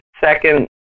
second